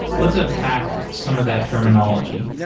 let's unpack some of that terminology.